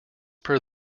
per